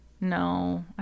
No